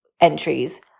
entries